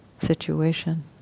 situation